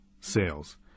Sales